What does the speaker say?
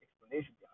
explanation